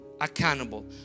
accountable